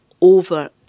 over